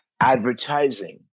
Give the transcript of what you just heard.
advertising